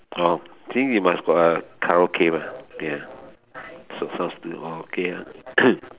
orh sing you must uh karaoke mah ya okay lah